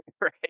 Right